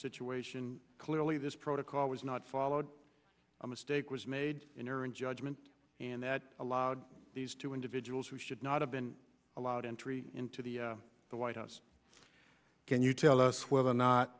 situation clearly this protocol was not followed a mistake was made in error in judgment and that allowed these two individuals who should not have been allowed entry into the the white house can you tell us whether or